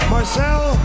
Marcel